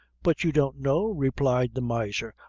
but you don't know, replied the miser,